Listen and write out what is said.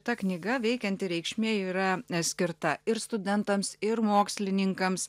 ta knyga veikianti reikšmė yra skirta ir studentams ir mokslininkams